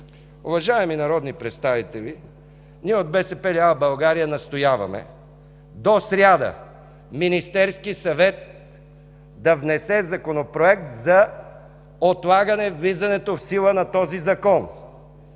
Уважаеми народни представители, ние от БСП лява България настояваме до сряда Министерският съвет да внесе Законопроект за отлагане влизането в сила на този Закон.